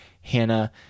Hannah